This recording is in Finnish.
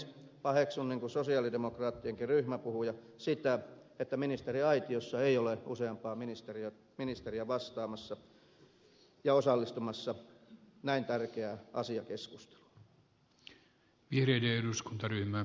paheksun niin kuin sosialidemokraattienkin ryhmäpuhuja sitä että ministeriaitiossa ei ole useampaa ministeriä vastaamassa ja osallistumassa näin tärkeään asiakeskusteluun